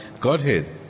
Godhead